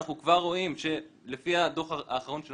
אנחנו כבר רואים שלפי הדוח האחרון של